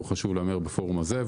וחשוב שהוא ייאמר בפורום הזה,